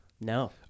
No